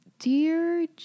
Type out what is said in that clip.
Dear